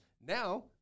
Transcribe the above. now